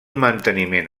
manteniment